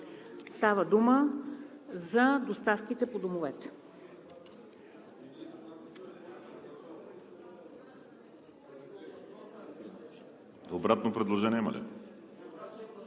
Става дума за доставките по домовете.